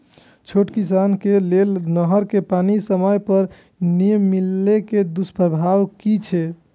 छोट किसान के लेल नहर के पानी समय पर नै मिले के दुष्प्रभाव कि छै?